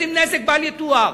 עושים נזק בל יתואר,